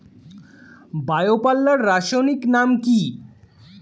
Bio পাল্লার রাসায়নিক নাম কি?